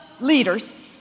leaders